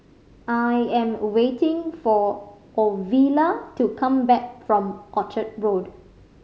I am waiting for Ovila to come back from Orchard Road